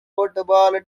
football